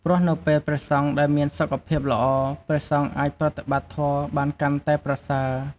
ព្រោះនៅពេលព្រះសង្ឃដែលមានសុខភាពល្អ ព្រះអង្គអាចប្រតិបត្តិធម៌បានកាន់តែប្រសើរ។